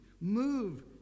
move